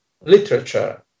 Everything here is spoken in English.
literature